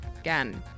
again